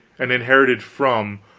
and inherited from,